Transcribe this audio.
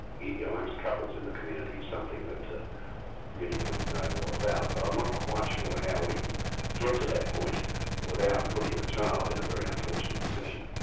yeah amongst couples in the community, is something that really we ought to know more about. but i'm not quite sure how we get to that point without putting the child in a very unfortunate position.